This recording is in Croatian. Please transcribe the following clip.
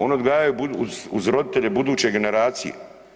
Oni odgajaju uz roditelje buduće generacije.